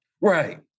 Right